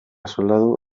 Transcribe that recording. soldadu